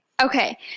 Okay